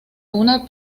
una